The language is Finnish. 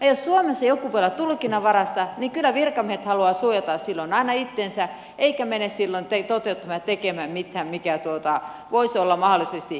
ja jos suomessa joku voi olla tulkinnanvaraista niin kyllä virkamiehet haluavat suojata silloin aina itsensä eivätkä mene silloin toteuttamaan ja tekemään mitään mikä voisi olla mahdollisesti itseä vastaan